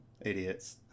Idiots